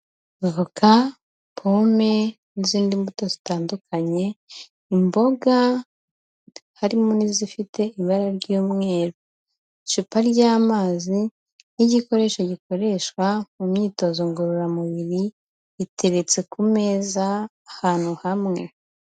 Avoka, pome n'izindi mbuto zitandukanye, imboga harimo n'izifite ibara ry'umweru, icupa ry'amazi nk'igikoresho gikoreshwa mu myitozo ngororamubiri biteretse ku meza ahantu hamwe.